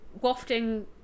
wafting